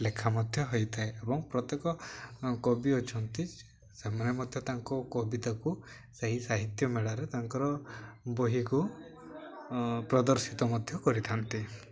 ଲେଖା ମଧ୍ୟ ହୋଇଥାଏ ଏବଂ ପ୍ରତ୍ୟେକ କବି ଅଛନ୍ତି ସେମାନେ ମଧ୍ୟ ତାଙ୍କ କବିତାକୁ ସେହି ସାହିତ୍ୟ ମେଳାରେ ତାଙ୍କର ବହିକୁ ପ୍ରଦର୍ଶିତ ମଧ୍ୟ କରିଥାନ୍ତି